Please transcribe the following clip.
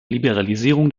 liberalisierung